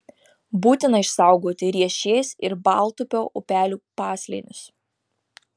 būtina išsaugoti riešės ir baltupio upelių paslėnius